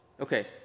Okay